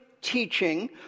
teaching